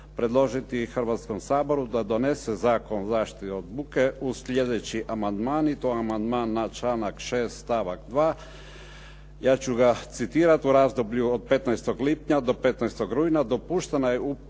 predložiti Hrvatskom saboru da donese Zakon o zaštiti od buke uz sljedeći amandman i to amandman na članak 6. stavak 2. Ja ću ga citirati. “U razdoblju od 15. lipnja do 15. rujna